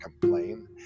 complain